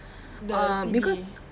the C_B